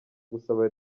gusaba